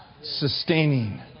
sustaining